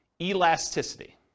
Elasticity